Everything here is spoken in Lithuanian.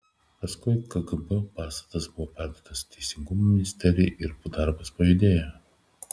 paskui kgb pastatas buvo perduotas teisingumo ministerijai ir darbas pajudėjo